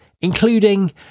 including